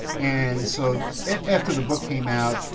and so, after the book came out,